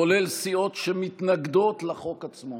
כולל סיעות שמתנגדות לחוק עצמו,